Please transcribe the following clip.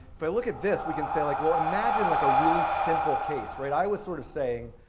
if i look at this, we can say like, well imagine like a really simple case, right? i was sort of saying,